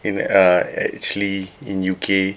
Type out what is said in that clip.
in uh actually in U_K